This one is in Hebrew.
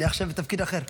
אני עכשיו בתפקיד אחר.